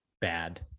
bad